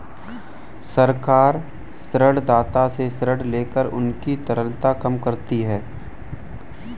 सरकार ऋणदाता से ऋण लेकर उनकी तरलता कम करती है